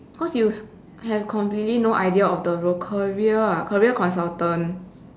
cause you have completely no idea of the role career ah career consultant